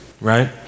right